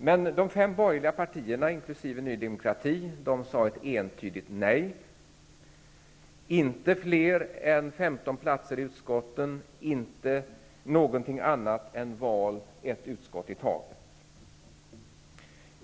Men de fem borgerliga partierna, inkl. Ny demokrati, sade ett entydigt nej. Det fick inte vara fler än 15 platser i vardera utskott och inte något annat än val till ett utskott i taget.